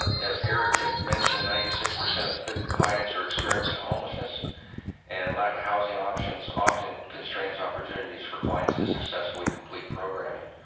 as eric had mentioned, ninety six percent of fit clients are experiencing homelessness and lack of housing options often constraints opportunities for clients to successfully complete programming.